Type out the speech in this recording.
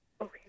Okay